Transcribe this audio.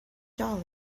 jolly